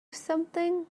something